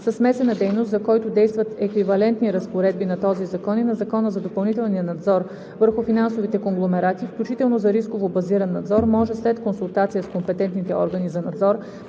със смесена дейност, за който действат еквивалентни разпоредби на този закон и на Закона за допълнителния надзор върху финансовите конгломерати, включително за рисково базиран надзор, може след консултация с компетентните органи за надзор